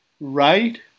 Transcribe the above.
Right